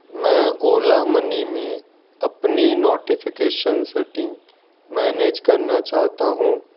मैं ओला मनी में अपनी नोटिफ़िकेशन सेटिंग मैनेज करना चाहता हूँ